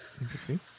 Interesting